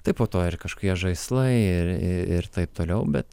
tai po to ir kažkokie žaislai ir ir taip toliau bet